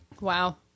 Wow